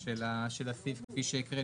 את מה שהקראת